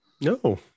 No